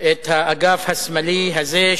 את האגף השמאלי הזה,